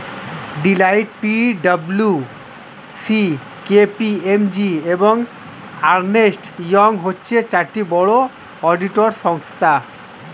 Deloitte, P W C, K P M G, এবং Ernst Young হচ্ছে চারটি বড় অডিটর সংস্থা